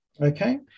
Okay